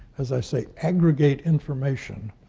as i say, aggregate information